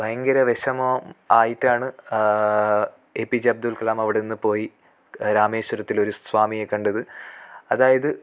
ഭയങ്കര വിഷമം ആയിട്ടാണ് A P J Abdul Kalam അവിടെ നിന്ന് പോയി രാമേശ്വരത്തിൽ ഒരു സ്വാമിയേ കണ്ടത് അതായത്